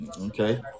Okay